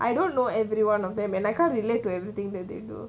I don't know everyone of them and I can't relate to everything that they do